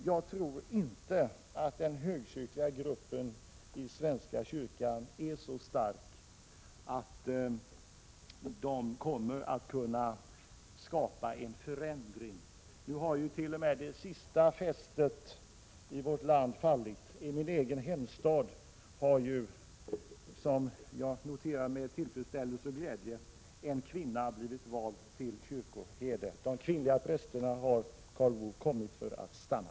Jag tror inte att den högkyrkliga gruppen inom svenska kyrkan är så stark att den kommer att kunna skapa en förändring i det avseendet. Nu har t.o.m. det sista fästet i landet fallit; i min egen hemstad har — och det noterar jag med tillfredsställelse och glädje — en kvinna blivit vald till kyrkoherde. De kvinnliga prästerna har kommit för att stanna.